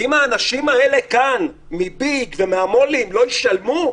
ואם האנשים האלה כאן מביג ומהמולים לא ישלמו,